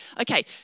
Okay